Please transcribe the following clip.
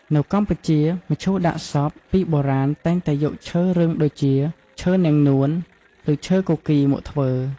នៅកម្ពុជា មឈូសដាក់សព ពីបុរាណតែងតែយកឈើរឹងដូចជា ឈើនាងនួន ឬឈើគគីរ មកធ្វើ។